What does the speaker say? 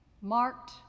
marked